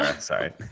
sorry